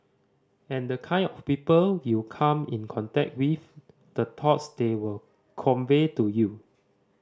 and the kind of people you come in contact with the thoughts they were convey to you